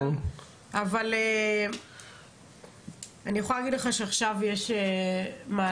אני יכולה להגיד לך שעכשיו יש מענק